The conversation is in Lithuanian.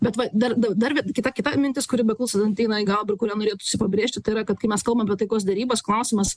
bet va dar da dar vie kita kita mintis kuri beklausant ateina į galvą ir kurią norėtųsi pabrėžti tai yra kad kai mes kalbam apie taikos derybas klausimas